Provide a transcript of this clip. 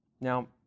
Now